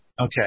Okay